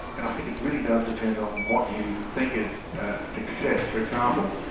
and i think it really does depend on what you think is a success. for example,